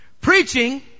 preaching